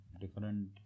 different